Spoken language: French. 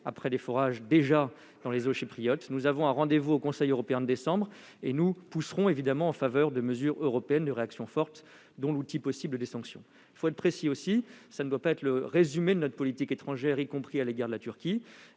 après les forages dans les eaux chypriotes. Nous avons un rendez-vous au Conseil européen de décembre : nous pousserons évidemment en faveur de mesures européennes fortes, dont la possibilité de sanctions. Il faut être précis : cela ne doit pas être le résumé de notre politique étrangère, y compris à l'égard de la Turquie.